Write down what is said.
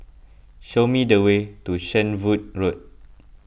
show me the way to Shenvood Road